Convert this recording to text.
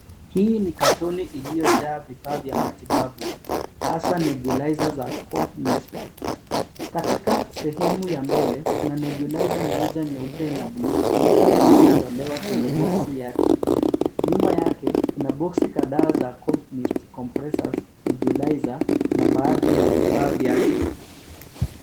Hii ni katoni iliyojaa vifaa vya matibabu hasa nebulizer za CompMist . Katika sehemu ya mbele kuna nebulizer moja nyeupe na bluu iliyotolewa kwenye boksi yake. Nyuma yake, kuna boksi kadhaa za CompMist Compressor Nebulizer na baadhi ya vifaa vyake.